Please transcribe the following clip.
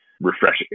refreshing